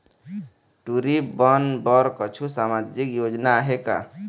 टूरी बन बर कछु सामाजिक योजना आहे का?